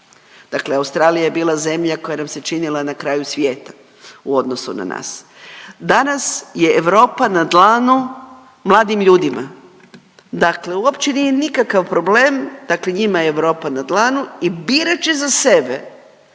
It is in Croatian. Dakle Australija je bila zemlja koja nam se činila na kraju svijeta u odnosu na nas. Danas je Europa na dlanu mladim ljudima. Dakle uopće nije nikakav problem, dakle njima je Europa na dlanu i birat će za sebe